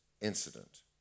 incident